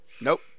nope